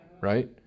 Right